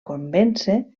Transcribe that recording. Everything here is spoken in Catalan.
convèncer